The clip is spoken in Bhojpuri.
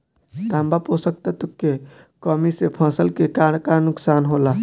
तांबा पोषक तत्व के कमी से फसल के का नुकसान होला?